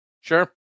Sure